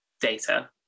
data